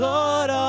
Lord